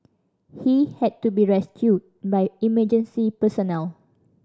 he had to be rescued by emergency personnel